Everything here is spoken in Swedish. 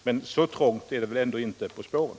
men så trångt är det väl ändå inte på spåren.